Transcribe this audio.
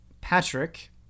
Patrick